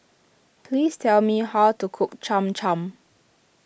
please tell me how to cook Cham Cham